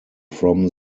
from